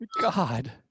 god